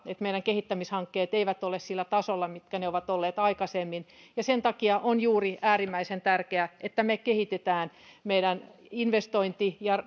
että meidän kehittämishankkeet eivät ole sillä tasolla millä ne ovat olleet aikaisemmin ja juuri sen takia on äärimmäisen tärkeää että me kehitämme meidän investointi ja